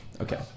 Okay